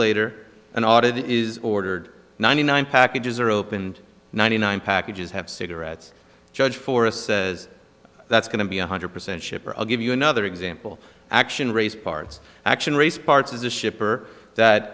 later an audit is ordered ninety nine packages are opened ninety nine packages have cigarettes judge forest says that's going to be one hundred percent shipper i'll give you another example act race parts action race parts of the ship are that